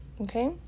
Okay